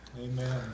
Amen